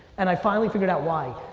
and i finally figured out why.